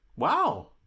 Wow